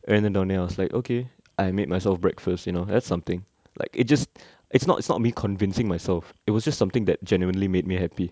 எழுதுட்டோனே:elunthuttone I was like okay I made myself breakfast you know that's something like it just it's not it's not me convincing myself it was just something that genuinely made me happy